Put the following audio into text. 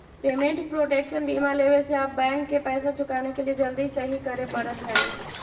payment protection बीमा लेवे से आप बैंक के पैसा चुकाने के लिए जल्दी नहीं करे पड़त हई